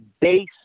base